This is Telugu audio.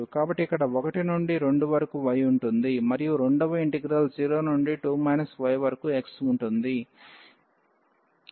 కాబట్టి ఇక్కడ 1 నుండి 2 వరకు y ఉంటుంది మరియు రెండవ ఇంటిగ్రల్ 0 నుండి 2 y వరకు x ఉంటుంది